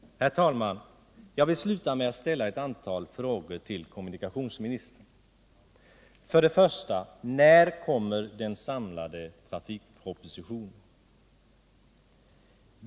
Jag vill avsluta mitt anförande med att ställa ett antal frågor till kommunikationsministern: När kommer den samlade trafikpropositionen?